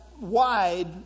wide